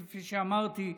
כפי שאמרתי,